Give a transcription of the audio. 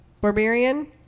Barbarian